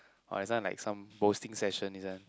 orh this one like some boasting session this one